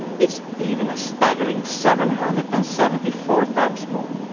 it's even a staggering seven hundred and seventy four times more.